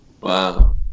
Wow